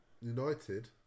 United